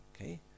Okay